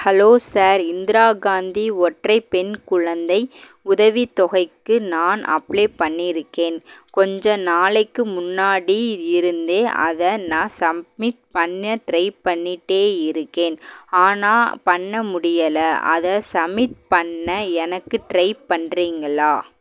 hello sir Indira Gandhi ஒற்றைப் பெண் குழந்தை உதவித் தொகைக்கு நான் அப்ளை பண்ணியிருக்கேன் கொஞ்ச நாளைக்கு முன்னாடி இருந்தே அதை நான் சப்மிட் பண்ண ட்ரை பண்ணிகிட்டே இருக்கேன் ஆனால் பண்ண முடியலை அதை சப்மிட் பண்ண எனக்கு ட்ரைப் பண்ணுறீங்களா